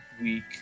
week